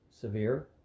severe